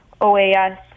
OAS